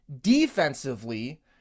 defensively